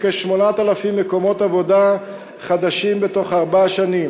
כ-8,000 מקומות עבודה חדשים בתוך ארבע שנים.